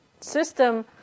system